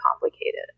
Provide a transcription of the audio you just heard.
complicated